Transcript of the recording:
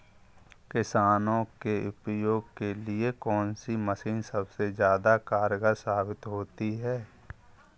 किसान के उपयोग के लिए कौन सी मशीन सबसे ज्यादा कारगर साबित होती है?